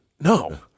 no